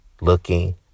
looking